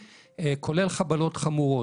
כולל חבלות חמורות.